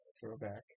Throwback